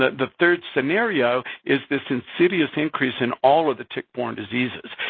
the third scenario is this insidious increase in all of the tick-borne diseases.